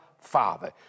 Father